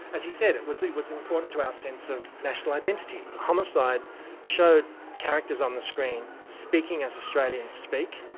as he said, it was it was important to our sense of national identity. homicide showed characters on the screen speaking as australians speak.